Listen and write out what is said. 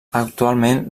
actualment